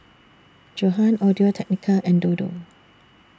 Johan Audio Technica and Dodo